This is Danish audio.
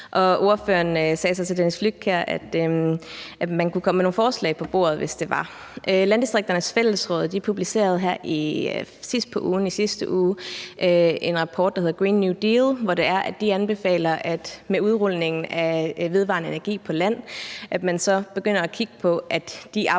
Flydtkjær, at man kunne lægge nogle forslag på bordet, hvis det var. Landdistrikternes Fællesråd publicerede sidst på ugen i sidste uge en rapport, der hedder »Green New Deal«, hvor de anbefaler, at man med udrulningen af vedvarende energi på land begynder at kigge på, at de arbejdspladser